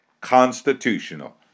constitutional